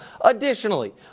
Additionally